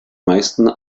meisten